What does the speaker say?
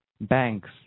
banks